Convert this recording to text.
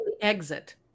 exit